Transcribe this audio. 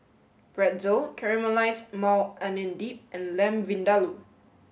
Pretzel Caramelized Maui Onion Dip and Lamb Vindaloo